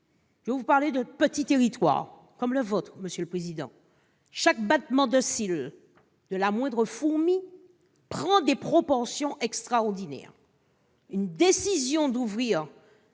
je veux vous parler d'un petit territoire, comme le vôtre, monsieur le président, où chaque battement de cil de la moindre fourmi prend des proportions extraordinaires. La décision d'ouvrir